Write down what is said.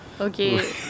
Okay